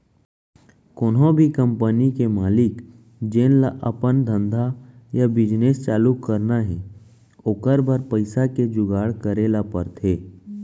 कोनो भी कंपनी के मालिक जेन ल अपन धंधा या बिजनेस चालू करना हे ओकर बर पइसा के जुगाड़ करे ल परथे